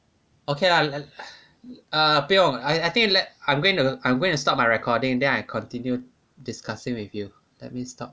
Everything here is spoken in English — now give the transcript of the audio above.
okay lah err 不用 I I think let I'm going to I'm going to stop my recording then I continue discussing with you let me stop